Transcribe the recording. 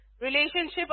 relationship